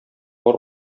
бар